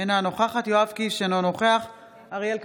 אינה נוכחת יואב קיש, אינו נוכח אריאל קלנר,